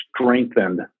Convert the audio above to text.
strengthened